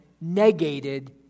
negated